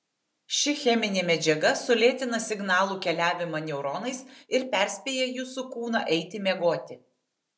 ši cheminė medžiaga sulėtina signalų keliavimą neuronais ir perspėja jūsų kūną eiti miegoti